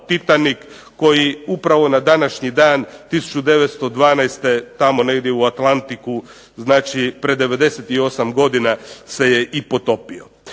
koji upravo na današnji dan 1912. tamo negdje u Atlantiku, znači prije 98 godina se i potopio.